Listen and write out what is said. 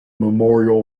memorial